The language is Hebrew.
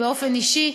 באופן אישי,